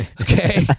okay